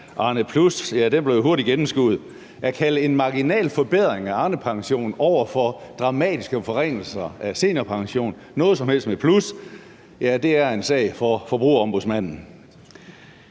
blev jo hurtigt gennemskuet. At kalde en marginal forbedring af Arnepensionen over for dramatiske forringelser af seniorpensionen noget som helst med »plus« er en sag for Forbrugerombudsmanden.